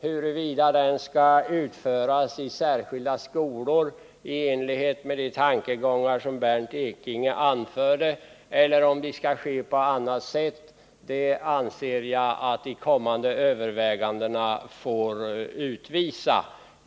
Huruvida den skall meddelas i särskilda skolor i enlighet med de tankegångar som Bernt Ekinge anförde eller på annat sätt anser jag att de kommande övervägandena får utvisa.